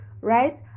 right